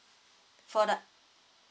for the